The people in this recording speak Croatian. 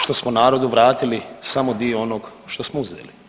Što smo narodu vratili samo dio onog što smo uzeli.